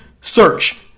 Search